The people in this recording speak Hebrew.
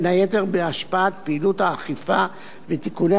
בין היתר בהשפעת פעילות האכיפה ותיקוני